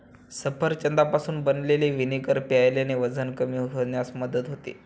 सफरचंदापासून बनवलेले व्हिनेगर प्यायल्याने वजन कमी होण्यास मदत होते